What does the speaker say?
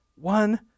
One